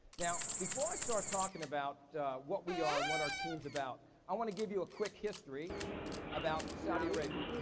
now, before i start talking about what we are, and what our team's about, i wanna give you a quick history about saudi arabia.